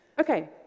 Okay